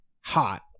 hot